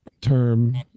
term